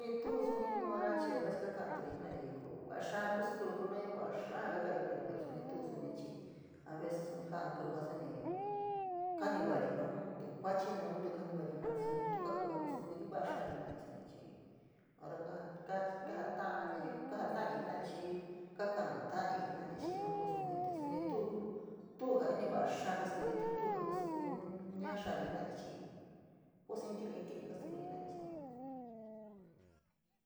Te tuu suní nu hora chií o vece ka´aturi jenarí ko va xaá kusukuyo jenayo va xaa ka ka´ari jenarí pero soní tu chií a veces soní laa ñi kiu soní kanuuvari noun tuu kusukí naun ññ tiñ kanuuvari jenarí soní tu kaa ku ja kusukuri vo’a xáári jenarí te suní pehit hora kajotala naviyo, kajatori jenarí chií kakaa ñu ñalori xii noun kou suní este tuu, tuu uní vaa xáá kasukuri te tuu ja kusuku ñaa xáári jenarí chií ps in tili, in tilí kusukuri jenarí sua.